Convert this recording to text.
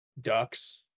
Ducks